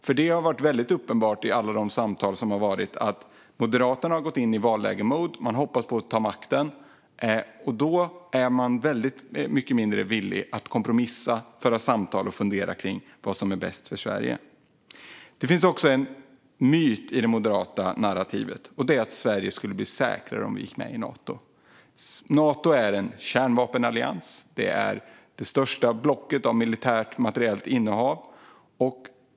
Det har nämligen varit väldigt uppenbart i alla de samtal som har ägt rum att Moderaterna har gått in i valårsläge - man hoppas på att ta makten, och därför är man väldigt mycket mindre villig att kompromissa, föra samtal och fundera kring vad som är bäst för Sverige. Det finns också en myt i det moderata narrativet, nämligen att Sverige skulle bli säkrare om vi gick med i Nato. Nato är en kärnvapenallians och det största blocket av militärt materiellt innehav.